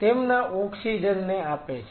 અને તેમના ઓક્સિજન ને આપે છે